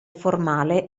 formale